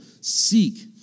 seek